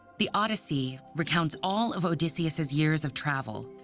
the odyssey recounts all of odysseus's years of travel,